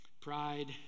pride